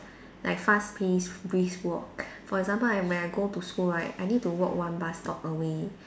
like fast paced brisk walk for example I when I go to school right I need to walk one bus stop away